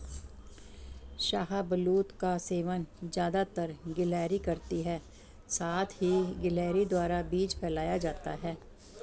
शाहबलूत का सेवन ज़्यादातर गिलहरी करती है साथ ही गिलहरी द्वारा बीज फैलाया जाता है